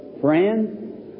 friend